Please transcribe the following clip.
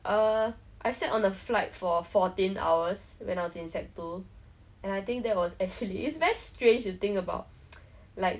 but for me I don't think I will pay money and do that lah like generally I don't like flights I don't you are stuck in that seat